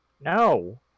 No